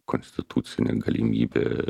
konstitucinė galimybė